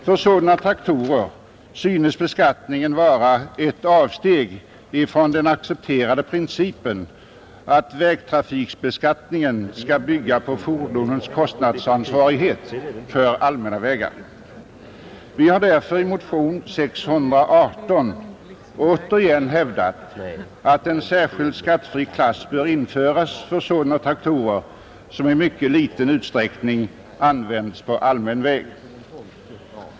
För sådana traktorer synes beskattningen vara ett avsteg från den accepterade principen att vägtrafikbeskattningen skall bygga på fordonens kostnadsansvarighet för de allmänna vägarna. Vi har därför i motion nr 618 återigen hävdat att en särskild skattefri klass bör införas för sådana traktorer som i mycket liten utsträckning användes på allmän väg.